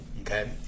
okay